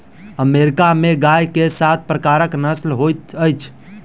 America में गाय के सात प्रकारक नस्ल होइत अछि